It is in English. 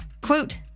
Quote